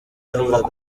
yahuraga